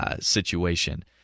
situation